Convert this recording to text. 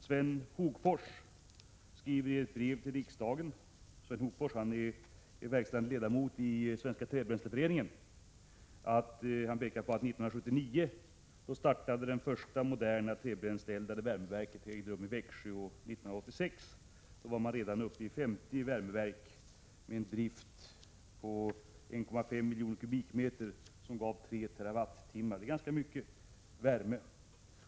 Sven Hogfors, som är verkställande ledamot av styrelsen för Svenska trädbränsleföreningen, skriver i ett brev till riksdagen att det första moderna trädbränsleeldade värmeverket startades 1979 i Växjö och att det redan 1986 fanns 50 värmeverk i drift med en förbrukning på 1,5 miljoner kubikmeter som gav 3 TWh. Det är ganska mycket värme.